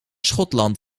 schotland